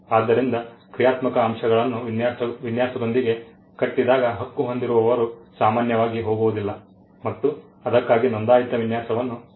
ಆದ್ದರಿಂದ ಕ್ರಿಯಾತ್ಮಕ ಅಂಶಗಳನ್ನು ವಿನ್ಯಾಸದೊಂದಿಗೆ ಕಟ್ಟಿದಾಗ ಹಕ್ಕು ಹೊಂದಿರುವವರು ಸಾಮಾನ್ಯವಾಗಿ ಹೋಗುವುದಿಲ್ಲ ಮತ್ತು ಅದಕ್ಕಾಗಿ ನೋಂದಾಯಿತ ವಿನ್ಯಾಸವನ್ನು ಪಡೆಯುತ್ತಾರೆ